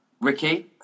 ricky